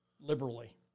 liberally